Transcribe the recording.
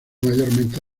mayormente